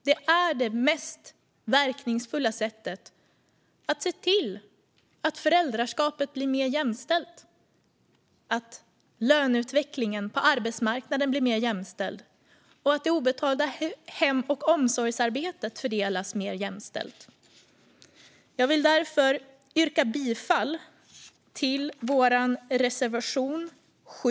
Det är det mest verkningsfulla sättet att se till att föräldraskapet blir mer jämställt, att löneutvecklingen på arbetsmarknaden blir mer jämställd och att det obetalda hem och omsorgsarbetet fördelas mer jämställt. Jag vill därför yrka bifall till reservation 7.